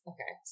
Okay